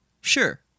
sure